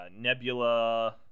nebula